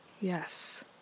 yes